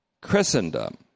Christendom